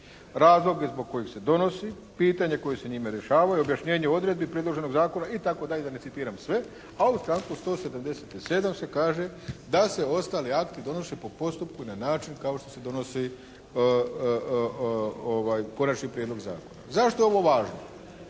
razloge zbog kojih se zakon donosi, pitanja koja se njime rješavaju, objašnjenje odredbi predloženog zakona" itd. da ne citiram sve. A u članku 177. se kaže da se ostali akti donose po postupku i na način kao što se donosi konačni prijedlog zakona. Zašto je ovo važno?